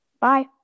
Bye